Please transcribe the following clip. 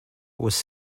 was